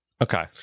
Okay